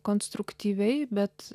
konstruktyviai bet